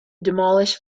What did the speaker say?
demolish